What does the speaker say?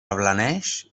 ablaneix